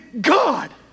God